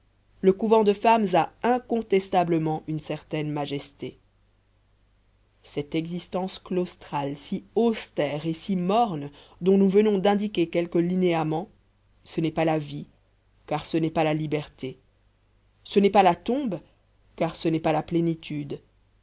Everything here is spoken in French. le couvent de femmes a incontestablement une certaine majesté cette existence claustrale si austère et si morne dont nous venons d'indiquer quelques linéaments ce n'est pas la vie car ce n'est pas la liberté ce n'est pas la tombe car ce n'est pas la plénitude